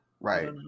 Right